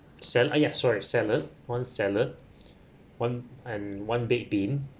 salad ah yeah salad one salad one and one baked bean